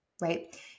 right